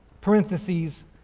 parentheses